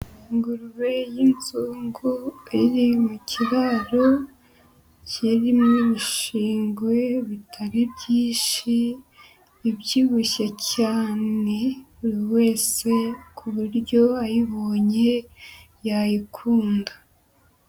Ingurube y'inzugu iri mu kiraro kirimo ibishingwe bitari byinshi, ibyibushye cyane, buri wese ku buryo ayibonye yayikunda.